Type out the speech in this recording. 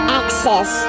access